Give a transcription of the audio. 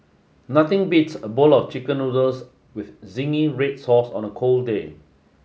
nothing beats a bowl of chicken noodles with zingy red sauce on a cold day